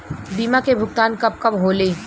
बीमा के भुगतान कब कब होले?